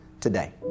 today